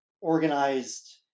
organized